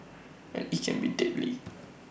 and IT can be deadly